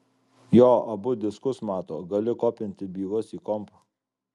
jo abu diskus mato gali kopinti bylas į kompą